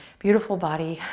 beautiful body.